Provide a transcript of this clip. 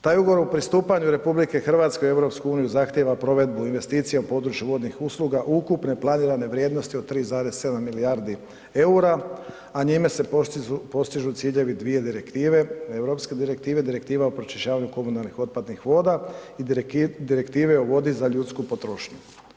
Taj ugovor o pristupanju RH u EU zahtijeva provedbu investicija u području vodnih usluga ukupne planirane vrijednosti od 3,7 milijardi EUR-a, a njime se postižu ciljevi dvije direktive, europske direktive, Direktiva o pročišćavanju komunalnih otpadnih voda i Direktive o vodi za ljudsku potrošnju.